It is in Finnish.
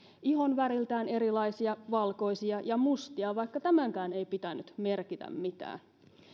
ihonväriltään erilaisia valkoisia ja mustia vaikka tämänkään ei pitänyt merkitä mitään